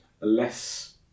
less